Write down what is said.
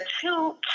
two